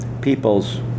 people's